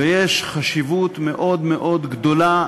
ויש חשיבות מאוד מאוד גדולה,